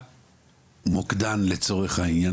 למוקדן לצורך העניין,